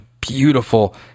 Beautiful